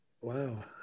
wow